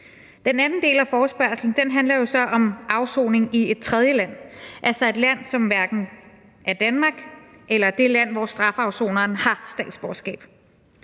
Den anden del af forespørgslen handler jo så om afsoning i et tredjeland, altså et land, som hverken er Danmark eller det land, hvor strafafsoneren har statsborgerskab.